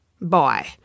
Bye